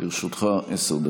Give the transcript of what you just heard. לרשותך עשר דקות.